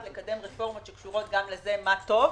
לקדם רפורמות שקשורות גם בזה - מה טוב,